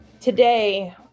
today